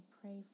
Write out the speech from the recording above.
pray